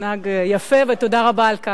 זה מנהג מאוד מאוד יפה, ותודה רבה על כך.